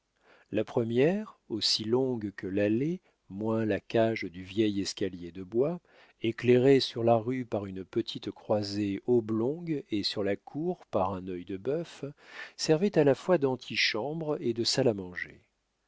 la première aussi longue que l'allée moins la cage du vieil escalier de bois éclairée sur la rue par une petite croisée oblongue et sur la cour par un œil de bœuf servait à la fois d'antichambre et de salle à manger